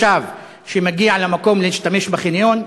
מותר לכל תושב שמגיע למקום להשתמש בחניון,